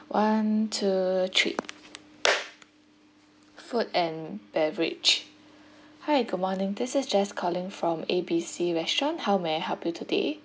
one two three food and beverage hi good morning this is jess calling from A B C restaurant how may I help you today